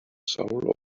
soul